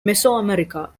mesoamerica